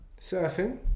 Surfing